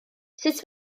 sut